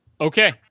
Okay